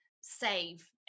save